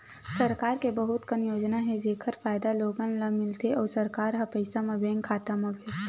सरकार के बहुत कन योजना हे जेखर फायदा लोगन ल मिलथे अउ सरकार ह पइसा ल बेंक खाता म भेजथे